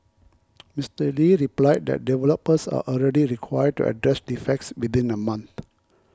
Mister Lee replied that developers are already required to address defects within a month